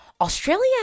Australia